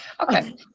Okay